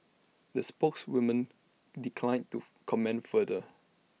the spokeswoman declined to comment further